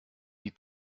die